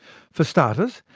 for starters,